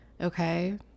Okay